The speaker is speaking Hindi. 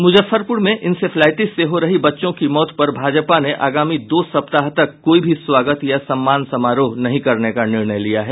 मुजफ्फरपुर में इंसेफ्लाइटिस से हो रही बच्चों के मौत पर भाजपा ने आगामी दो सप्ताह तक कोई भी स्वागत या सम्मान समारोह नहीं करने का निर्णय लिया है